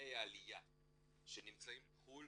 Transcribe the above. לשליחי העלייה שנמצאים בחו"ל,